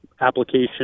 application